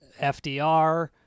FDR